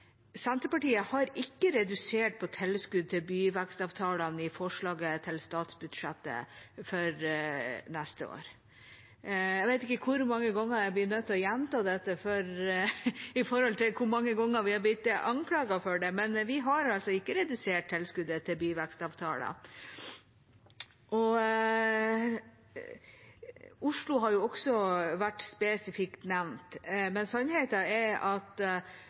Senterpartiet har ikke redusert tilskuddet til byvekstavtalene i forslaget til statsbudsjett for neste år. Jeg vet ikke hvor mange ganger jeg blir nødt til å gjenta dette i forhold til hvor mange ganger vi har blitt anklaget for det, men vi har altså ikke redusert tilskuddet til byvekstavtaler. Oslo har også vært spesifikt nevnt. Sannheten er at